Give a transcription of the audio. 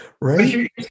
Right